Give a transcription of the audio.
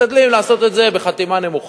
משתדלים לעשות את זה בחתימה נמוכה,